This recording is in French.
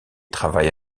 travaille